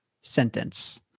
sentence